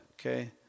okay